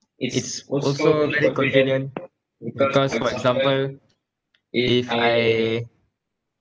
it's also very convenient because for example if I